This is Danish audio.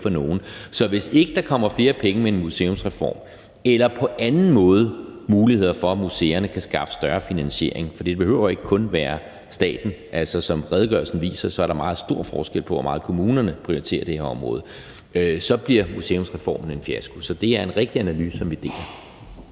for nogen. Så hvis ikke der kommer flere penge med en museumsreform eller på anden måde muligheder for, at museerne kan skaffe større finansiering – for det behøver ikke kun at være staten, og som redegørelsen viser, er der meget stor forskel på, hvor meget kommunerne prioriterer det her område – så bliver museumsreformen en fiasko. Så det er en rigtig analyse, som vi deler.